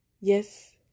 yes